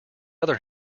other